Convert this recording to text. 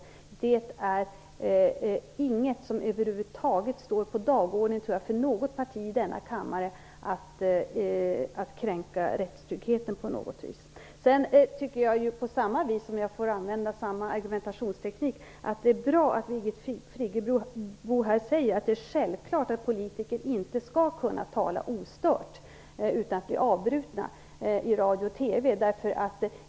Att kränka rättstryggheten är ingenting som över huvud taget står på dagordningen för något parti i denna kammare. Om jag får använda samma argumentationsteknik vill jag säga att det är bra att Birgit Friggebo nu säger att det är bra att politiker inte skall kunna tala ostört i radio och TV utan att bli avbrutna.